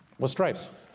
with stripes.